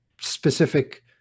specific